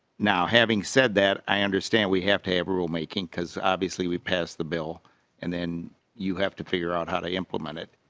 now having said that i understand we have a rule making because obviously we passed the bill and then you have to figure out how to implement it.